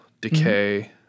decay